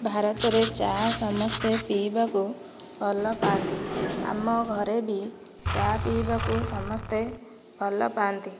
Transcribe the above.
ଭାରତରେ ଚାହା ସମସ୍ତେ ପିଇବାକୁ ଭଲ ପାଆନ୍ତି ଆମ ଘରେ ବି ଚାହା ପିଇବାକୁ ସମସ୍ତେ ଭଲ ପାଆନ୍ତି